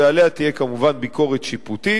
ועליה תהיה כמובן ביקורת שיפוטית,